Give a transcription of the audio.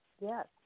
Yes